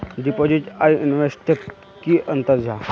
Deposit आर investment तोत की अंतर जाहा?